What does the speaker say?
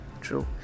True